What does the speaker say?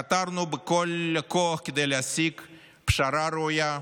חתרנו בכל הכוח להשיג פשרה ראויה,